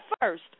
first